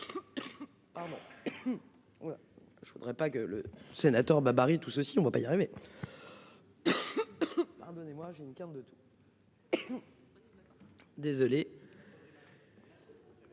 ne voudrais pas que le sénateur Babary. Tout ceci, on ne va pas y arriver. Pardonnez-moi, j'ai une quinte de toux. Désolé.